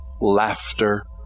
laughter